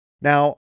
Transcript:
Now